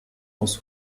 aus